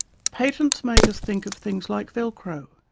patents make us think of things like velcro,